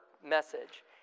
message